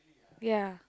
ya